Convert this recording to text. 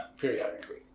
periodically